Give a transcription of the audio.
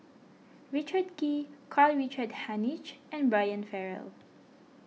Richard Kee Karl Richard Hanitsch and Brian Farrell